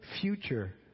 future